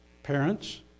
Parents